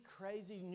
crazy